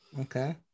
Okay